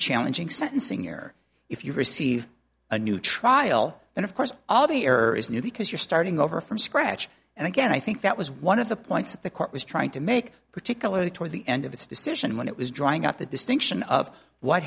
challenging sentencing here if you receive a new trial then of course all the error is new because you're starting over from scratch and again i think that was one of the points that the court was trying to make particularly toward the end of its decision when it was drawing out the distinction of what